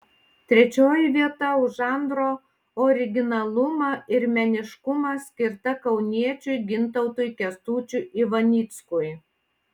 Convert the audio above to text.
trečioji vieta už žanro originalumą ir meniškumą skirta kauniečiui gintautui kęstučiui ivanickui